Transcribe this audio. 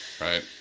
right